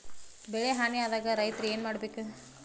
ಬೆಳಿ ಹಾನಿ ಆದಾಗ ರೈತ್ರ ಏನ್ ಮಾಡ್ಬೇಕ್?